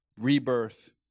rebirth